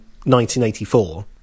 1984